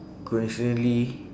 coincidentally